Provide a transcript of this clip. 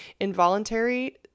involuntary